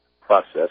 process